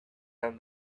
and